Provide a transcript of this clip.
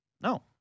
No